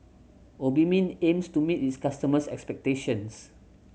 Obimin aims to meet its customers' expectations